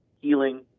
healing